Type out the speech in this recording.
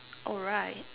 oh right